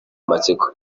amatsiko